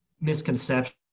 misconception